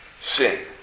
sin